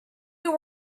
who